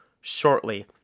shortly